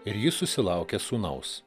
ir ji susilaukė sūnaus